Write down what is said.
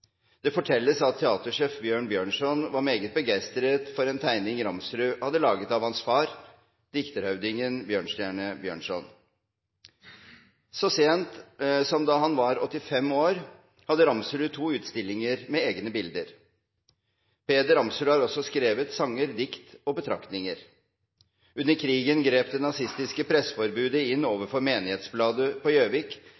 Det fortelles at teatersjef Bjørn Bjørnson var meget begeistret for en tegning Ramsrud hadde laget av hans far, dikterhøvdingen Bjørnstjerne Bjørnson. Så sent som da han var 85 år, hadde Ramsrud to utstillinger med egne bilder. Peder I. Ramsrud har også skrevet sanger, dikt og betraktninger. Under krigen grep det nazistiske presseforbundet inn